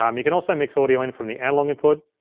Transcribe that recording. um you can also mix audio in from the analog input.